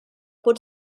pot